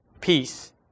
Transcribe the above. peace